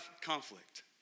conflict